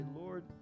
Lord